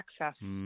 access